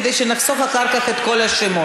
כדי שנחסוך אחר כך את קריאת כל השמות.